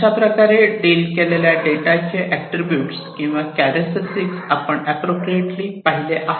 अशाप्रकारे प्रकारे डील केलेल्या डेटाचे अॅट्रिब्यूट किंवा चारक्टरिस्टीस आपण अँप्रोप्रिएटली पाहिले आहेत